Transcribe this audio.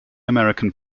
american